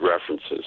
references